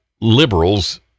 liberals